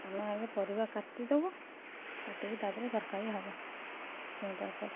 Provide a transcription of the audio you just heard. ଆମେ ଆଗେ ପରିବା କାଟିଦବୁ କାଟିକି ତାପରେ ତରକାରୀ ହବ ଛୁଇଁ ତରକାରୀ